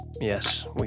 Yes